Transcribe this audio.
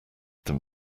them